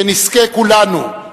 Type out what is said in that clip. שנזכה כולנו,